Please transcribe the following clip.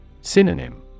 Synonym